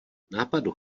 nápadu